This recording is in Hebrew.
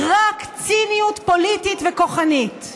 רק ציניות פוליטית וכוחנית.